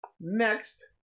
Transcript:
Next